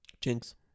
Jinx